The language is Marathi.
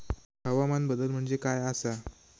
हवामान बदल म्हणजे काय आसा?